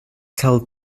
tell